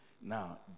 Now